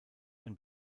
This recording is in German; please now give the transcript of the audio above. ein